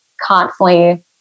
constantly